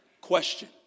Question